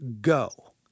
go